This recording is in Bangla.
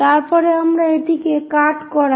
তারপরে আমরা এটিকে কাট করাই